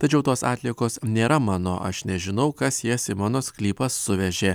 tačiau tos atliekos nėra mano aš nežinau kas jas į mano sklypą suvežė